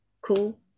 cool